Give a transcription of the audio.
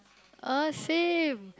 uh same